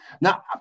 Now